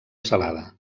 salada